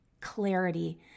clarity